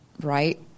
right